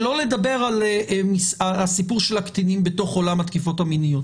שלא לדבר על הסיפור של הקטינים בתוך עולם התקיפות המיניות